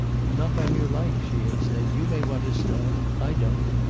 not on your life, she had said. you may want to starve. i don't.